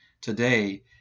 today